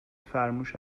فرموش